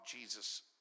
Jesus